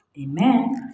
Amen